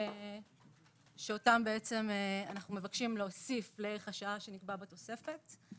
אותן אנחנו מבקשים להוסיף לערך השעה שנקבע בתוספת.